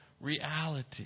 reality